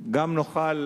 גם נאכל